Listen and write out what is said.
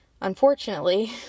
Unfortunately